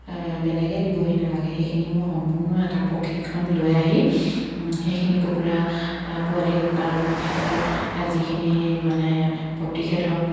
বেলেগে দিবহি নালাগে সেইখিনি মই সম্পূৰ্ণ এটা প্ৰশিক্ষণ লৈ আহি সেইখিনি কুকুৰা পোৱালি উৎপাদনৰ ক্ষেত্ৰত যিখিনি মানে প্ৰতিষেধক